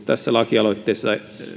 tässä